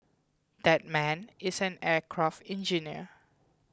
that man is an aircraft engineer